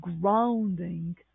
grounding